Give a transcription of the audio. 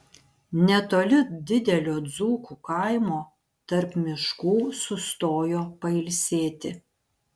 netoli didelio dzūkų kaimo tarp miškų sustojo pailsėti